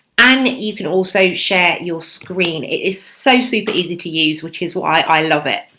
and you can also share your screen. it is so super easy to use which is why i love it.